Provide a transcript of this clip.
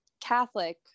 catholic